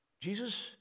Jesus